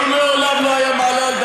למה עכשיו,